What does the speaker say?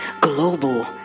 Global